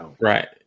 right